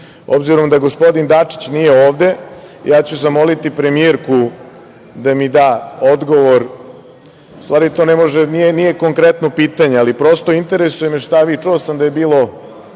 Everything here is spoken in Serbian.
da gospodin Dačić nije ovde, zamoliću premijerku da mi da odgovor, u stvari to nije konkretno pitanje, ali prosto interesuje me i čuo sam da je bilo